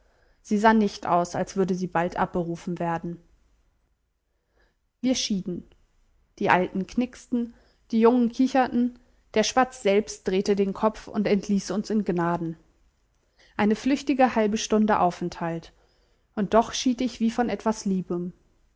sie sah nicht aus als würde sie bald abberufen werden wir schieden die alten knicksten die jungen kicherten der spatz selbst drehte den kopf und entließ uns in gnaden eine flüchtige halbe stunde aufenthalt und doch schied ich wie von etwas liebem